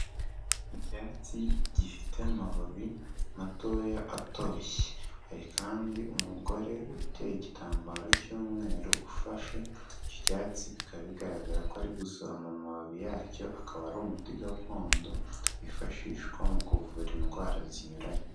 Icyatsi gifite amababi matoya atoshye, hari kandi umugore witeye igitambaro cy'umweru, ufashe icyo cyatsi, bikaba bigaragara ko ari gusoroma amababi yacyo, akaba ari umuti gakondo wifashishwa mu kuvura indwara zinyuranye.